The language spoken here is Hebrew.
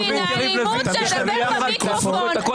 עושים מראית עין של דמוקרטיה לפני שהם רומסים אותה.